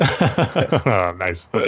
Nice